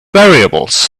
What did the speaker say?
variables